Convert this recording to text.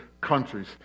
countries